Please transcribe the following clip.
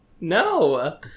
no